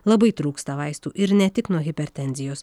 labai trūksta vaistų ir ne tik nuo hipertenzijos